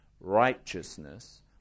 righteousness